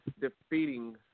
defeating